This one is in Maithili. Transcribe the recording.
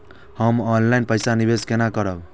हम ऑनलाइन पैसा निवेश केना करब?